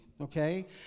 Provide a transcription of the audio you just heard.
Okay